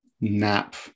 nap